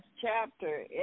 chapter